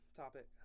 topic